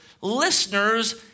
listeners